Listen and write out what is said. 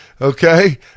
okay